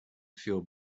feel